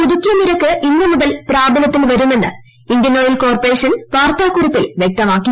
പുതുക്കിയ നിരക്ക് ഇന്നു മുതൽ പ്രാബലൃത്തിൽ വരുമെന്ന് ഇന്ത്യൻ ഓയിൽ കോർപ്പറേഷൻ വാർത്താക്കുറിപ്പിൽ വൃക്തമാക്കി